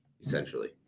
essentially